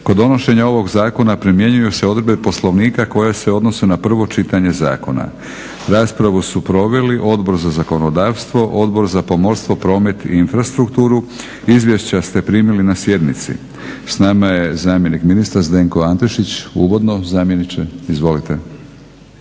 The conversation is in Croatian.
Kod donošenja ovog zakona primjenjuju se odredbe Poslovnika koje se odnose na prvo čitanje zakona. Raspravu su proveli Odbor za zakonodavstvo, Odbor za pomorstvo, promet i infrastrukturu. Izvješća ste primili na sjednici. S nama je zamjenik ministra Zdenko Antešić. Uvodno, zamjeniče? Izvolite.